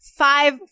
five